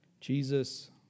Jesus